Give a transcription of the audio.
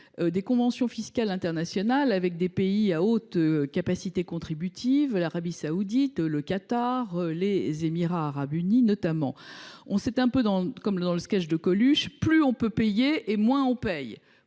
des conventions fiscales internationales avec des pays à haute capacité contributive – notamment l’Arabie saoudite, le Qatar, les Émirats arabes unis. En l’espèce, c’est un peu comme dans le sketch de Coluche : plus on peut payer, moins on paye